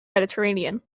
mediterranean